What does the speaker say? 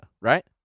right